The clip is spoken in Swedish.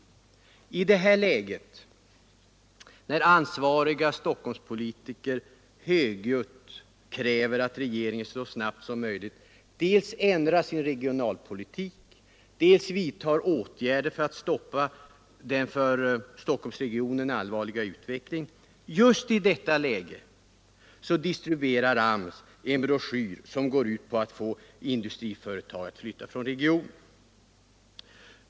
Just i detta läge, när ansvariga Stockholmspolitiker högljutt kräver att regeringen så snart som möjligt dels ändrar sin regionalpolitik, dels vidtar åtgärder för att stoppa den för Stockholmsregionen allvarliga utvecklingen, distribuerar AMS en broschyr, som går ut på att få industriföretag att flytta från regionen.